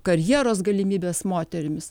karjeros galimybes moterimis